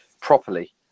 properly